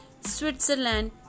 Switzerland